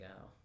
go